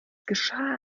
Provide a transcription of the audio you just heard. geschah